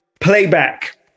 playback